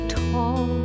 tall